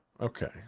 okay